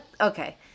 Okay